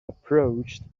approached